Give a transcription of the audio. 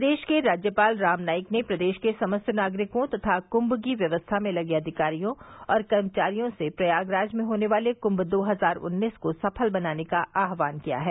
प्रदेश के राज्यपाल राम नाईक ने प्रदेश के समस्त नागरिकों तथा कुंभ की व्यवस्था में लगे अधिकारियों और कर्मचारियों से प्रयागराज में होने वाले कुंम दो हजार उन्नीस को सफल बनाने का आहवान किया है